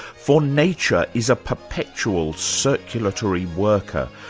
for nature is a perpetual circulatory worker,